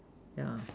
yeah